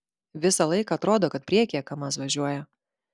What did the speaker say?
visą laiką atrodo kad priekyje kamaz važiuoja